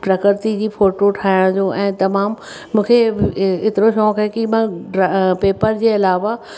प्रकृति जो फोटो ठाहिण जो ऐं तमामु मूंखे ए एतिरो शौक़ु आहे कि मां ड्रॉ पेपर जे अलावा